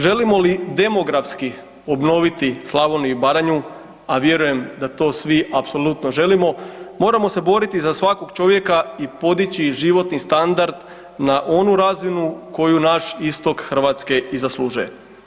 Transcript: Želimo li demografski obnoviti Slavoniju i Baranju, a vjerujem da to svi apsolutno želimo, moramo se boriti za svakog čovjeka i podići životni standard na onu razinu koju naš Istok Hrvatske i zaslužuje.